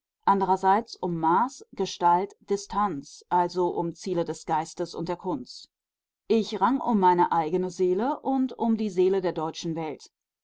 andrerseits um maß gestalt distanz also um ziele des geistes und der kunst ich rang um meine eigene seele und um die seele der deutschen welt